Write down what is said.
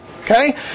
Okay